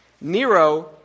Nero